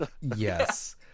Yes